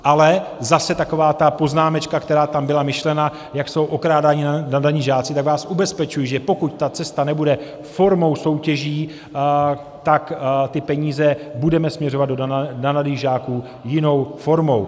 Ale zase taková ta poznámečka, která tam byla myšlena, jak jsou okrádáni nadaní žáci, tak vás ubezpečuji, že pokud ta cesta nebude formou soutěží, tak ty peníze budeme směřovat do nadaných žáků jinou formou.